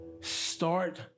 Start